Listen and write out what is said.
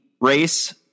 race